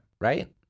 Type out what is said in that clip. right